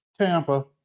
Tampa